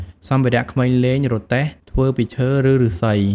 សម្ភារៈក្មេងលេងរទេះ ធ្វើពីឈើ ឬឫស្សី។